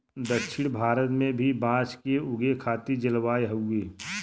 दक्षिण भारत में भी बांस के उगे खातिर जलवायु हउवे